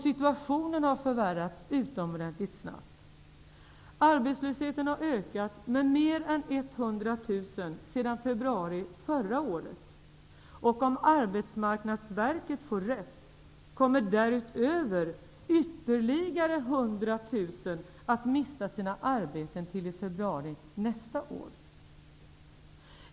Situationen har förvärrats utomordentligt snabbt. Arbetslösheten har ökat med mer än 100 000 sedan februari förra året, och om Arbetsmarknadsverket får rätt kommer därutöver ytterligare 100 000 att mista sina arbeten till februari nästa år.